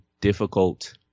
difficult